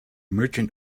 merchant